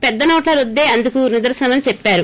పెద్ద నోట్ల రద్దే అందుకు నిదర్రనమని చెప్పారు